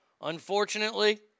unfortunately